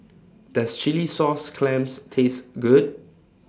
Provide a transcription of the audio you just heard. Does Chilli Sauce Clams Taste Good